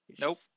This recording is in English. Nope